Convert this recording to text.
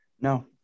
No